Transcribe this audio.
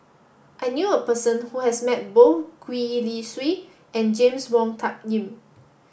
I knew a person who has met both Gwee Li Sui and James Wong Tuck Yim